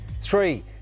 three